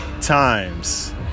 times